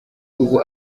ubu